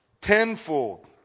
Tenfold